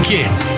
Kids